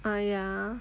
ah ya